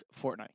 Fortnite